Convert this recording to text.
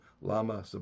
lama